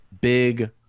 big